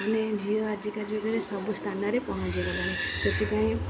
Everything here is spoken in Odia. ଆମେ ଝିଅ ଆଜିକା ଯୁଗରେ ସବୁ ସ୍ଥାନରେ ପହଞ୍ଚି ଗଲେଣି ସେଥିପାଇଁ